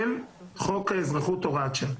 של חוק האזרחות (הוראת שעה).